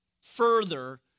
further